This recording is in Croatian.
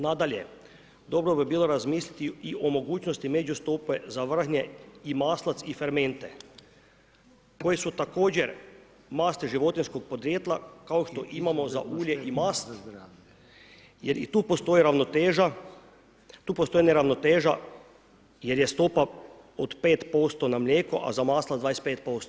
Nadalje, dobro bi bilo razmisliti i o mogućnosti međustope za vrhnje i maslac i fermente, koje su također masti životinjskog podrijetla, kao što imamo za ulje i mast, jer i tu postoji ravnoteža, tu postoji neravnoteža, jer je stopa od 5% na mlijeko, a za maslac za 25%